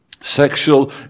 sexual